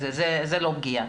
זאת לא פגיעה.